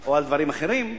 או על דברים אחרים,